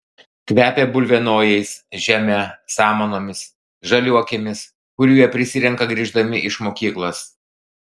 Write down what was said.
kvepia bulvienojais žeme samanomis žaliuokėmis kurių jie prisirenka grįždami iš mokyklos